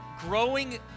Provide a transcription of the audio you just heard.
growing